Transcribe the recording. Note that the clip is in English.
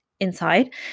inside